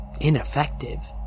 ineffective